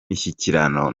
mishyikirano